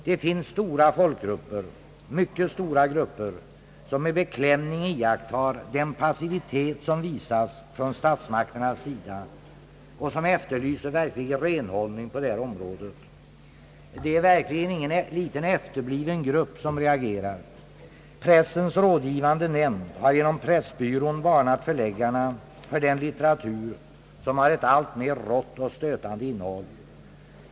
Det finns stora folkgrupper, mycket stora grupper, som med beklämning iakttar den passivitet, som visas från statsmakternas sida, och som efterlyser verklig renhållning på detta område, Det är verkligen ingen liten efterbliven grupp som reagerar. Pressens rådgivande nämnd har genom Pressbyrån varnat förläggarna för den litteratur, som har ett alltmera rått och stötande innehåll.